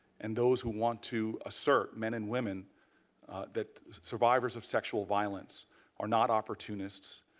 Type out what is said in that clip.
and those who want to assert men and women that survivors of sexual violence are not opportunist.